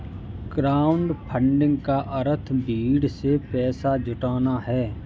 crowdfunding का अर्थ भीड़ से पैसा जुटाना है